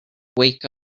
wake